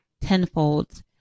tenfold